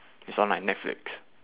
is on like netflix